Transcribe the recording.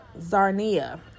Zarnia